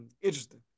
Interesting